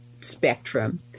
spectrum